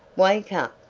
wake up!